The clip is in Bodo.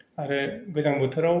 आरो गोजां बोथोराव